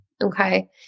Okay